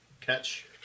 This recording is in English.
catch